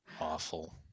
Awful